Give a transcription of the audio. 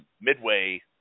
Midway